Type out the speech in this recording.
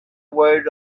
word